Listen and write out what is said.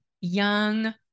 young